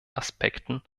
aspekten